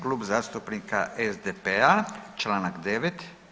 Klub zastupnika SDP-a, Članak 9.